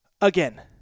Again